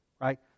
Right